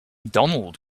donald